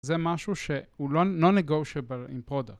זה משהו שהוא לא nagotiable בפרודקט.